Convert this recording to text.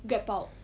grab out